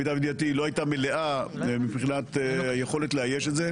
למיטב ידיעתי היא לא הייתה מלאה מבחינת היכולת לעשות את זה,